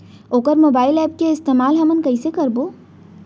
वोकर mobile app के इस्तेमाल हमन कइसे करबो?